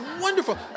wonderful